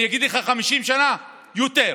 אני אגיד לך 50 שנה, יותר.